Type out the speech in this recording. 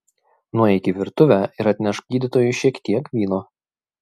nueik į virtuvę ir atnešk gydytojui šiek tiek vyno